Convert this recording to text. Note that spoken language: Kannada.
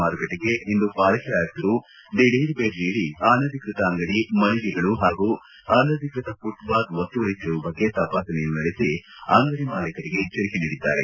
ಮಾರುಕಟ್ಟಿಗೆ ಇಂದು ಪಾಲಿಕೆ ಆಯುಕ್ತರು ದಿಢೀರ್ ಭೇಟಿ ನೀಡಿ ಅನಧಿಕೃತ ಅಂಗಡಿ ಮಳಿಗೆಗಳು ಪಾಗೂ ಅನಧಿಕೃತ ಫುಟ್ಪಾತ್ ಒತ್ತುವರಿ ತೆರವು ಬಗ್ಗೆ ತಪಾಸಣೆಯನ್ನು ನಡೆಸಿ ಅಂಗಡಿ ಮಾಲಿಕರಿಗೆ ಎಚ್ವರಿಕೆ ನೀಡಿದ್ದಾರೆ